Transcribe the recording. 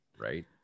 Right